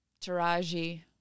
Taraji